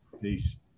Peace